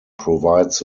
provides